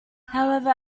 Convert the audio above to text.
however